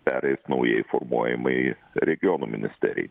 pereis naujai formuojamai regionų ministerijai